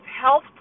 health